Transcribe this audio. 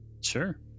Sure